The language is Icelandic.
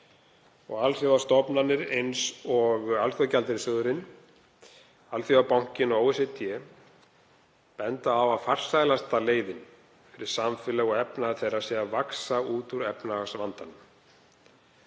Alþjóðastofnanir eins og Alþjóðagjaldeyrissjóðurinn, Alþjóðabankinn og OECD benda á að farsælasta leiðin fyrir samfélög og efnahag þeirra sé að vaxa út úr efnahagsvandanum.